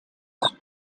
was